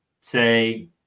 say